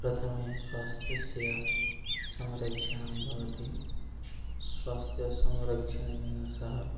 प्रथमं स्वास्थ्यस्य संरक्षणंभवति स्वास्थ्यसंरक्षणेन सह